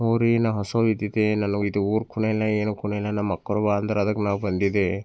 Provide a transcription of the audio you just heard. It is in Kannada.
ಹ್ಞೂ ರಿ ನ ಹೊಸಬ ಇದ್ದಿದ್ದೇ ನಾನು ಇದು ಊರು ಕುನ ಇಲ್ಲ ಏನು ಕುನ ಇಲ್ಲ ನಮ್ಮ ಅಕ್ಕವ್ರು ಬಾ ಅಂದ್ರೆ ಅದಕ್ಕೆ ನಾವು ಬಂದಿದ್ದೆ